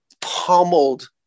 pummeled